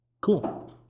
Cool